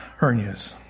hernias